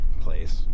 place